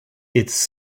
its